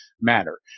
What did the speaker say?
matter